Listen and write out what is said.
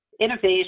innovation